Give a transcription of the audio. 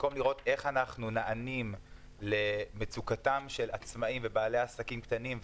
במקום לראות איך אנחנו נענים למצוקתם של עצמאים ובעלי עסקים קטנים,